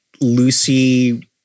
Lucy